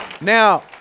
Now